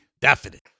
definite